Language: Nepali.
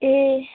ए